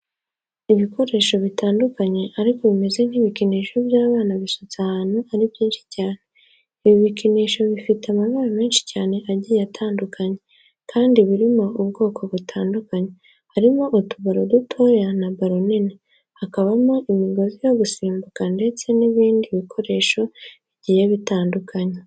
Ibikoresho bitandukanye ariko bimeze nk'ibikinisho by'abana bisutse ahantu ari byinshi cyane. Ibi bikinisho bifite amabara menshi cyane agiye atandukanye kandi birimo ubwoko butandukanye. Harimo utubaro dutoya na baro nini, hakabamo imigozi yo gusimbuka ndetse n'ibindi bikoresho bigiye bitandukanye.